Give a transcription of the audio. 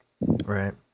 Right